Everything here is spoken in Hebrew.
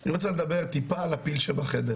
אני רוצה לדבר טיפה על הפיל שבחדר.